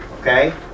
okay